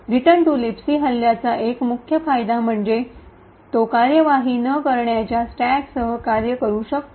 return to libc हल्ल्याचा एक मुख्य फायदा म्हणजे तो कार्यवाही न करण्याच्या स्टॅकसह कार्य करू शकतो